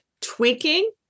tweaking